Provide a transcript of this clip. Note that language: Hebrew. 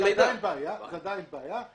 זו עדיין בעיה.